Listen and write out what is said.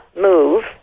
move